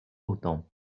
autant